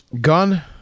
gun